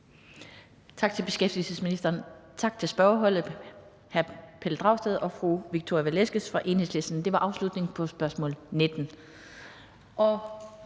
Tak til beskæftigelsesministeren. Tak til spørgerholdet, hr. Pelle Dragsted og fru Victoria Velasquez fra Enhedslisten. Det var afslutningen på spørgsmål nr.